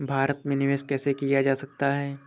भारत में निवेश कैसे किया जा सकता है?